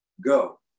go